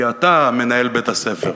כי אתה מנהל בית-הספר.